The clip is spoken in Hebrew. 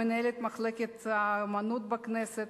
מנהלת מחלקת האמנות בכנסת,